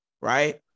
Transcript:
right